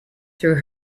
through